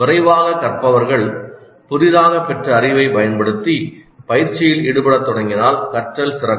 விரைவாகக் கற்பவர்கள் புதிதாகப் பெற்ற அறிவைப் பயன்படுத்தி பயிற்சியில் ஈடுபடத் தொடங்கினால் கற்றல் சிறக்கும்